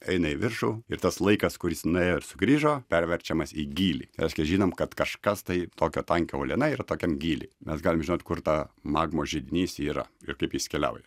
eina į viršų ir tas laikas kur jis nuėjo ir sugrįžo perverčiamas į gylį reiškia žinom kad kažkas tai tokio tankio uoliena yra tokiam gyly mes galim žinot kur ta magmos židinys yra ir kaip jis keliauja